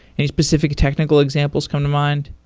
any specific technical examples come to mind?